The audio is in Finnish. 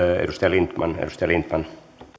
edustaja lindtman